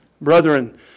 Brethren